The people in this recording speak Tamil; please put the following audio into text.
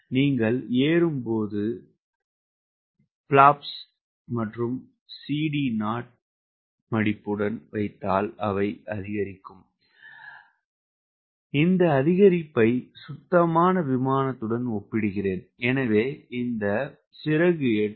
நீங்கள் ஏறும் போது பிலாப்ஸ் வைத்தால் அதாவது இந்த லெண்டிங் கியர் க்கு அத்துடன் CD0 அதிகரிக்கும் இந்த அதிகரிப்பை சுத்தமான விமானத்துடன் ஒப்பிடுகிறேன்